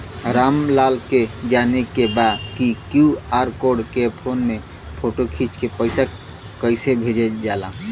राम लाल के जाने के बा की क्यू.आर कोड के फोन में फोटो खींच के पैसा कैसे भेजे जाला?